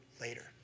later